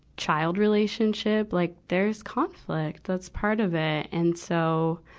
child relationship. like there's conflict that's part of it. and so,